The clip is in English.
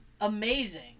amazing